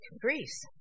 Greece